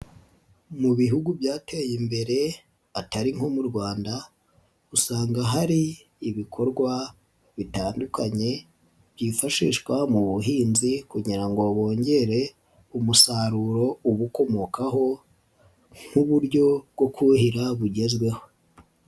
Mu bihugu byateye imbere atari nko mu Rwanda usanga hari ibikorwa bitandukanye byifashishwa mu buhinzi kugira ngo bongere umusaruro uba ukomokaho nk'uburyo bwo kuhira bugezweho.